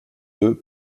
deux